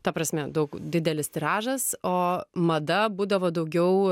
ta prasme daug didelis tiražas o mada būdavo daugiau